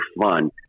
fun